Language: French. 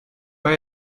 pas